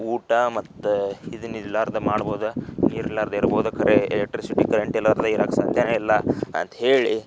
ಊಟ ಮತ್ತು ಇದನ್ನ ಇರಲಾರ್ದ ಮಾಡ್ಬೋದ ಇರಲಾರ್ದೆ ಇರ್ಬೋದ ಕರೆ ಎಲೆಕ್ಟ್ರಿಸಿಟಿ ಕರೆಂಟ್ ಇರಲಾರ್ದೆ ಇರೋಕೆ ಸಾಧ್ಯವೇ ಇಲ್ಲ ಅಂತ ಹೇಳಿ